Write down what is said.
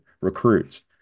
recruits